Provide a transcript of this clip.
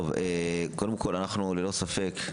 קודם כל, אנחנו, ללא ספק,